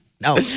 No